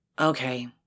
Okay